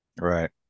Right